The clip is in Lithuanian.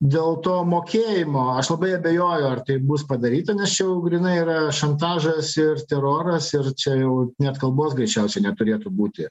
dėl to mokėjimo aš labai abejoju ar tai bus padaryta nes čia jau grynai yra šantažas ir teroras ir čia jau net kalbos greičiausiai neturėtų būti